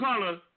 color